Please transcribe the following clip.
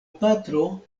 patro